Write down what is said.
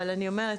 אבל אני אומרת,